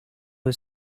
was